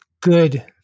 good